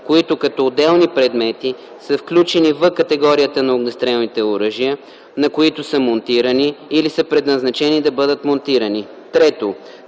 които като отделни предмети са включени в категорията на огнестрелните оръжия, на които са монтирани или са предназначени да бъдат монтирани. 3.